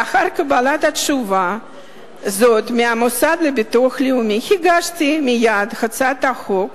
לאחר קבלת התשובה הזאת מהמוסד לביטוח לאומי הגשתי מייד הצעת חוק